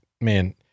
man